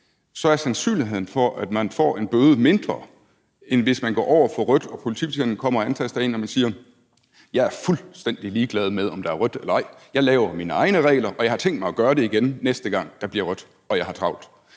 Så er sandsynligheden for, at man får en bøde, mindre, end hvis man går over for rødt, og politibetjenten kommer og antaster en, og man siger: Jeg er fuldstændig ligeglad med, om der er rødt eller ej – jeg laver mine egne regler, og jeg har tænkt mig gøre det igen, næste gang der bliver rødt og jeg har travlt.